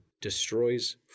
destroys